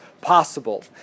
possible